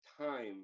time